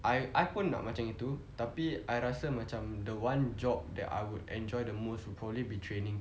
I I pun nak macam gitu tapi I rasa macam the one job that I would enjoy the most would probably be training